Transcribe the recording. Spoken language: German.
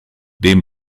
dem